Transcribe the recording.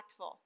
impactful